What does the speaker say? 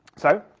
so,